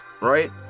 Right